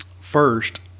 first